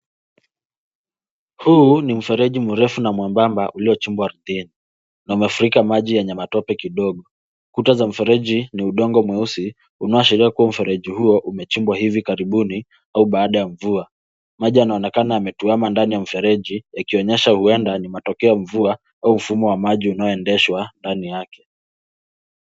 Huu ni mfereji mrefu na mwembamba uliyochimbwa ardhini na umefurika maji yenye matope kidogo. Kuta za mfereji ni udongo mweusi, unaoashiria kuwa mfereji huo umechimbwa hivi karibuni au baada ya mvua. Maji yanaonekana yametuama ndani ya mfereji yakionyesha huenda ni matokeo ya mvua au mfumo wa maji unaoendeshwa ndani yake.